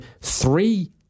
three